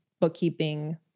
bookkeeping